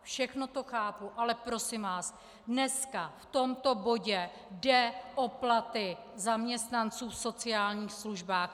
Všechno to chápu, ale prosím vás, dneska v tomto bodě jde o platy zaměstnanců v sociálních službách.